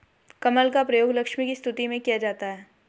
कमल का प्रयोग लक्ष्मी की स्तुति में किया जाता है